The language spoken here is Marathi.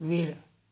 वेळ